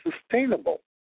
sustainable